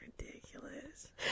ridiculous